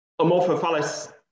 Amorphophallus